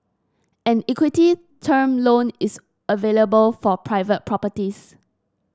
an equity term loan is available for private properties